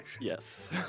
Yes